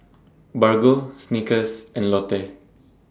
Bargo Snickers and Lotte